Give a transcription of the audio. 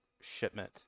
shipment